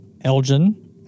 Elgin